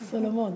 סולומון.